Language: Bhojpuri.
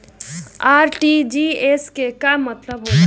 आर.टी.जी.एस के का मतलब होला?